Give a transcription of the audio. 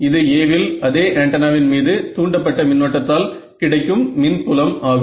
இது A வில் அதே ஆண்டனாவின் மீது தூண்டப்பட்ட மின்னோட்டத்தால் கிடைக்கும் மின்புலம் ஆகும்